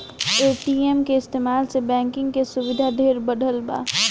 ATM के इस्तमाल से बैंकिंग के सुविधा ढेरे बढ़ल बा